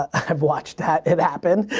i've watched that, it happen.